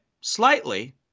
slightly